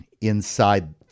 inside